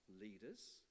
leaders